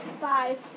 Five